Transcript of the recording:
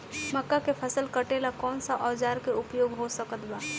मक्का के फसल कटेला कौन सा औजार के उपयोग हो सकत बा?